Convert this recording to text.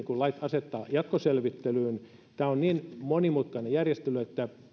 asettaa jatkoselvittelyyn tämä on niin monimutkainen järjestely että